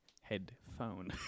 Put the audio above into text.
Headphone